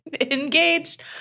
Engaged